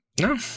No